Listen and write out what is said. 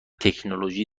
تکنولوژی